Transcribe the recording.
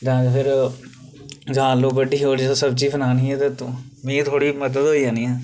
जां फिर जां आलू कट्टी उड़ू ते सब्जी बनानी ऐ ते तूं मिगी थोह्ड़ी मदद होई जानी ऐ